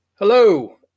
Hello